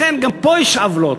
לכן גם פה יש עוולות.